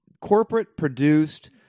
corporate-produced